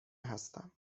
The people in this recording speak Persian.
هستم